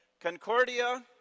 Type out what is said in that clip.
Concordia